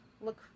look